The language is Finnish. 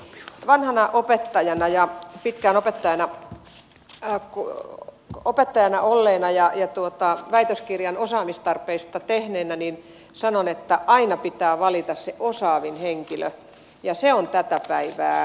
vanhana opettajana ja pitkään opettajana olleena ja väitöskirjan osaamistarpeista tehneenä sanon että aina pitää valita se osaavin henkilö ja se on tätä päivää